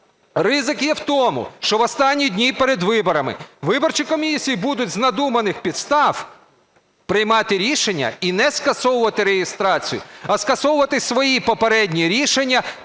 Ризик є в тому, що в останні дні перед виборами виборчі комісії будуть з надуманих підстав приймати рішення і не скасовувати реєстрацію, а скасовувати свої попередні рішення